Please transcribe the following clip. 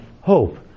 hope